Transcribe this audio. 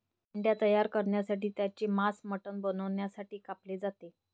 मेंढ्या तयार करण्यासाठी त्यांचे मांस मटण बनवण्यासाठी कापले जाते